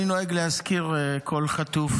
אני נוהג להזכיר כל חטוף